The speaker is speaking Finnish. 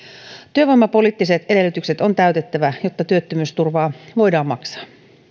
työvoimapoliittiset edellytykset on täytettävä jotta työttömyysturvaa voidaan maksaa